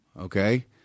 Okay